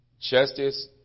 Justice